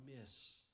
miss